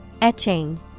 Etching